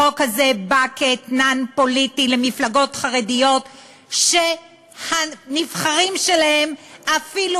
החוק הזה בא כאתנן פוליטי למפלגות חרדיות שהנבחרים שלהן אפילו